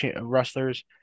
wrestlers